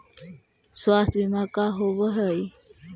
स्वास्थ्य बीमा का होव हइ?